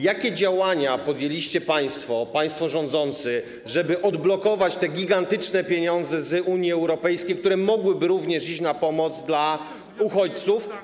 Jakie działania podjęliście państwo, państwo rządzący, żeby odblokować te gigantyczne pieniądze z Unii Europejskiej, które mogłyby również iść na pomoc dla uchodźców?